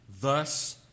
thus